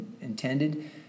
intended